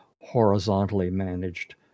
horizontally-managed